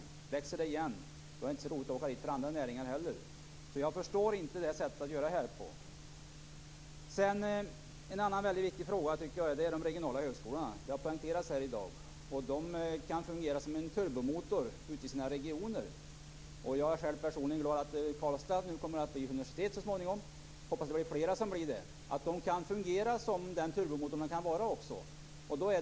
Om det växer igen är det inte heller så roligt för andra näringar att komma dit. Jag förstår inte varför man gör på detta sätt. En annan väldigt viktig fråga är de regionala högskolorna. Det har poängterats här i dag. De kan fungera som turbomotorer ute i sina regioner. Jag är personligen glad över att Högskolan i Karlstad nu så småningom kommer att bli universitet. Jag hoppas att fler högskolor blir det, så att de fungerar som de turbomotorer som de kan vara.